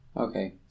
Okay